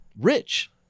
rich